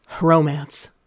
Romance